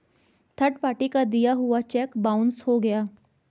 third party का दिया हुआ चेक बाउंस हो गया